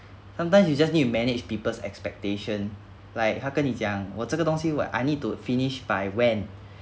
sometimes you just need to manage people's expectation like 他跟你讲我这个东西 what I need to finish by when